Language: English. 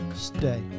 Stay